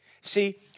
See